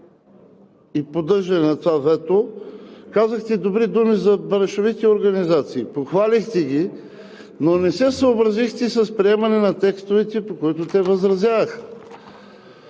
и поддържане на това вето. Казахте добри думи за браншовите организации, похвалихте ги, но не се съобразихте с приемане на текстовете, по които те възразяваха.